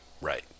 right